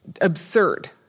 absurd